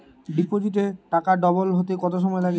ডিপোজিটে টাকা ডবল হতে কত সময় লাগে?